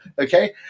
Okay